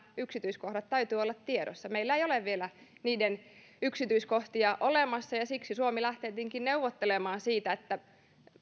yksityiskohtien täytyy olla tiedossa meillä ei ole vielä niitä yksityiskohtia olemassa ja siksi suomi lähtee tietenkin neuvottelemaan siitä että